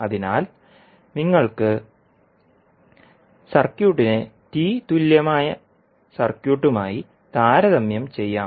അതിനാൽ നിങ്ങൾക്ക് സർക്യൂട്ടിനെ T തുല്യമായ സർക്യൂട്ടുമായി താരതമ്യം ചെയ്യാം